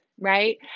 right